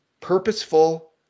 purposeful